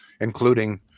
including